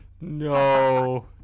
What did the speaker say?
No